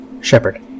Shepard